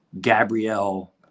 Gabrielle